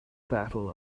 battle